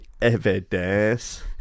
evidence